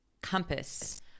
compass